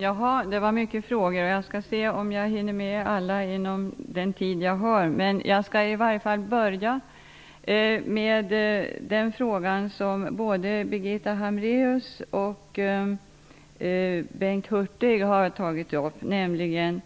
Herr talman! Det var många frågor. Jag skall se om jag hinner med alla inom den tid jag har till mitt förfogande. Jag skall börja med den fråga som både Birgitta Hambraeus och Bengt Hurtig har tagit upp, nämligen